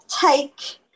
take